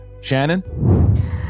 Shannon